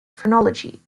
phrenology